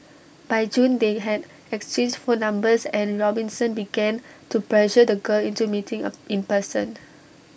by June they had exchanged phone numbers and Robinson began to pressure the girl into meeting A in person